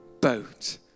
boat